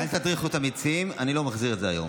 אל תטריחו את המציעים, אני לא מחזיר את זה היום.